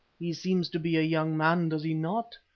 he seems to be a young man, does he not?